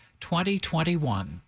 2021